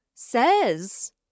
says